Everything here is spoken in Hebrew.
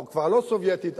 כבר לא סובייטית,